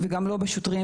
וגם לא בשוטרים,